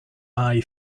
eye